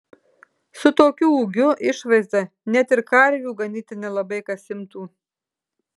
su tokiu ūgiu išvaizda net ir karvių ganyti nelabai kas imtų